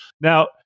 Now